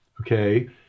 okay